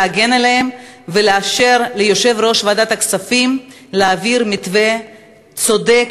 להגן עליהם ולאשר ליושב-ראש ועדת הכספים להעביר מתווה צודק,